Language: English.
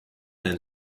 and